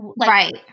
right